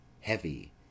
heavy